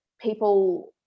people